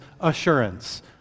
assurance